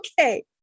Okay